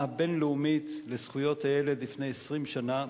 הבין-לאומית בדבר זכויות הילד לפני 20 שנה,